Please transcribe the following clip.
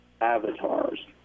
avatars